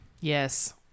Yes